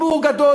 אין שום הוכחות.